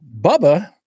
Bubba